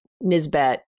Nisbet